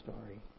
story